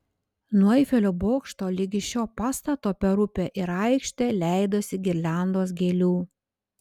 nuo eifelio bokšto ligi šio pastato per upę ir aikštę leidosi girliandos gėlių